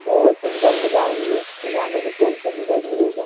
बहुत सुंदर सजाएंगे सजाने में कोई कमी नहीं होगा